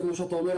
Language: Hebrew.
כמו שאתה אומר,